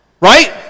Right